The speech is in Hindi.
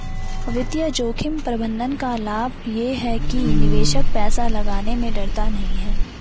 वित्तीय जोखिम प्रबंधन का लाभ ये है कि निवेशक पैसा लगाने में डरता नहीं है